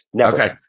okay